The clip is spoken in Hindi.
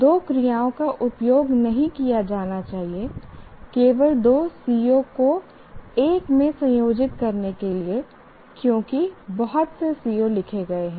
दो क्रियाओं का उपयोग नहीं किया जाना चाहिए केवल दो CO को 1 में संयोजित करने के लिए क्योंकि बहुत से CO लिखे गए हैं